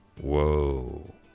Whoa